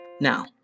Now